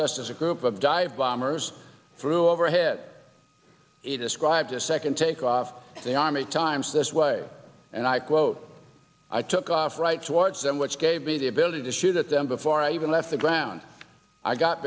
just as a group of dive bombers through overhead he described a second take off they are many times this way and i quote i took off right towards them which gave me the ability to shoot at them before i even left the ground i got